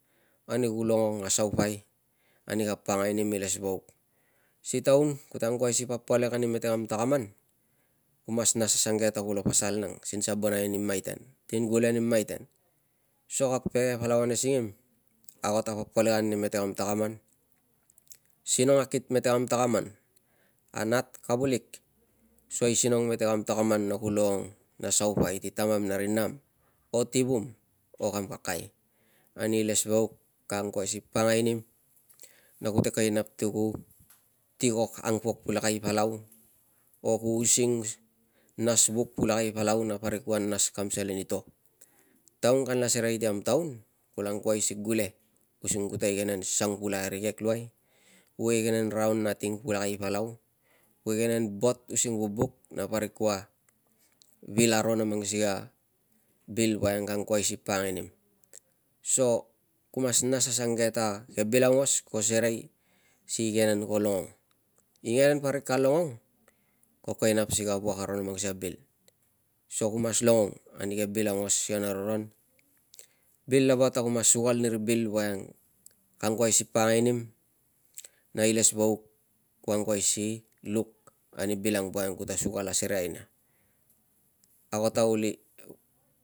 Ani ku longong a saupai ani ka pakangai nim ilesvauk. Si taun kute angkuai si papolek ani kam mete takaman ku mas nas asange ta kulo pasal nang sin sabonai ni maiten sin gule ni maiten so kag pege palau ane singim, ago ta papolek ani mete kam takaman, sinong akit mete kam takaman. A nat, kavulik soisinong mete kam takaman na ku longong na saupai ti tamam na ri nam o tivum o kam kakai ani ilesvauk ka angkuai si pakangai nim na kute kovek ti nap ti ku tikok angpok pulakai palau o ku using nas vuk pulakai palau na parik kua nas kam selen i to. Taun kanla serei ti kam taun kulo angkuai si gule using kute igenen sang pulakai arikek luai, kuo igenen raun nating pulakai palau, kuo igenen bot using vubuk na parik kua vil aro na mang sikei a bil woiang ka angkuai si pakangai nim so ku mas nas asange ta ke bil aungos ko serei si igenen ko longong. Igenen parik ka longong ko kovek i nap si ka wuak aro na mang sikei a bil so ku mas longong ani ke bil aungos si kana roron. Bil lava ta ku mas sukal ni ri bil ang woiang ka angkuai si pakangai nim na ilesvauk kuo angkuai si lui ani bil ang woiang kuta sukal asereai nia. Ago ta uli